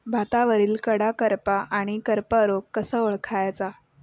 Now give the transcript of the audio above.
भातावरील कडा करपा आणि करपा रोग कसा ओळखायचा?